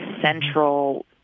central